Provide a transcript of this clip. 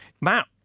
Matt